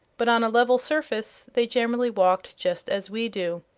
but on a level surface they generally walked just as we do.